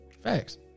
Facts